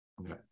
okay